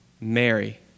Mary